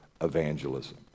evangelism